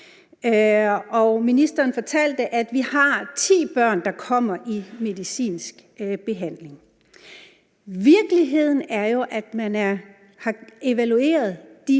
Ministeren fortalte, at vi har ti børn, der kommer i medicinsk behandling. Virkeligheden er jo, at man har evalueret den